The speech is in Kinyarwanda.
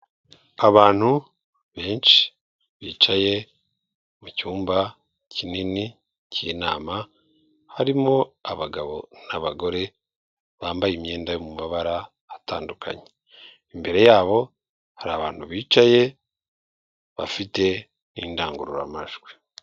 Abantu benshi bicaye mu cyumba kinini k'inama harimo abagabo n'abagore bambaye imyenda yo mu mabara atandukanye, imbere yabo hari abantu bicaye bafite indangururamajwi.